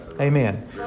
Amen